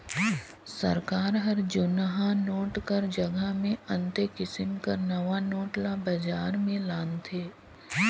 सरकार हर जुनहा नोट कर जगहा मे अन्ते किसिम कर नावा नोट ल बजार में लानथे